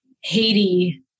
Haiti